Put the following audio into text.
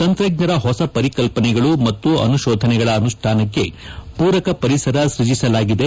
ತಂತ್ರಜ್ಞರ ಹೊಸ ಪರಿಕಲ್ಪನೆಗಳು ಮತ್ತು ಅನುಶೋಧನೆಗಳ ಅನುಷ್ಠಾನಕ್ಕೆ ಪೂರಕ ಪರಿಸರ ಸ್ವಜಿಸಲಾಗಿದೆ